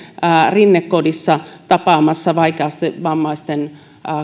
rinnekodissa tapaamassa vaikeasti vammaisten